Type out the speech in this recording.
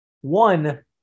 one